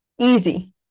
easy